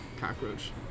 Cockroach